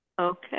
Okay